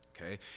okay